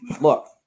look